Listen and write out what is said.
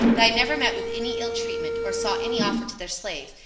that i never met with any ill treatment, or saw any offered to their slaves,